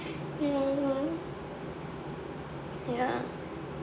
ya